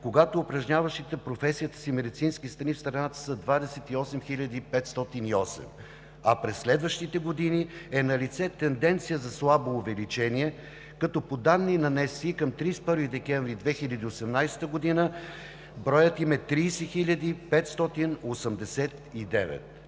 когато упражняващите професията медицински сестри в страната са 28 508. През следващите години е налице тенденция за слабо увеличение, като по данни на НСИ към 31 декември 2018 г. броят им е 30 589.